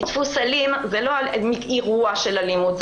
כי דפוס אלים זה לא אירוע של אלימות,